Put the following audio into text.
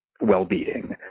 well-being